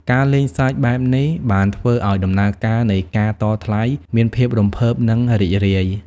ការលេងសើចបែបនេះ បានធ្វើឲ្យដំណើរការនៃការតថ្លៃមានភាពរំភើប និងរីករាយ។